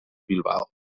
bilbao